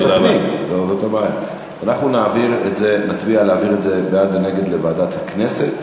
אנחנו נצביע להעביר את זה לוועדת הכנסת.